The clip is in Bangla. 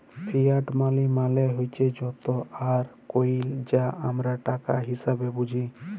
ফিয়াট মালি মালে হছে যত আর কইল যা আমরা টাকা হিসাঁবে বুঝি